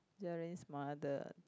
Joyce's mother